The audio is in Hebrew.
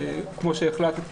כמו שהחלטת,